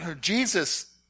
Jesus